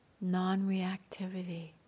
non-reactivity